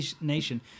nation